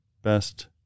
Best